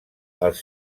els